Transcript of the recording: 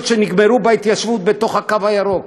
שנגמרו בהתיישבות בתוך הקו הירוק,